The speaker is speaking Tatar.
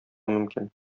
мөмкин